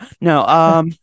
No